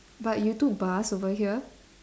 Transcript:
but you took bus over here